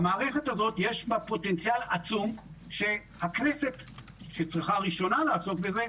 למערכת הזאת יש פוטנציאל עצום שהכנסת שצריכה ראשונה לעסוק בזה,